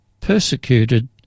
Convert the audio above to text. persecuted